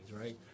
right